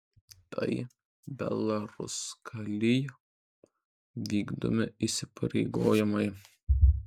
tai belaruskalij vykdomi įsipareigojimai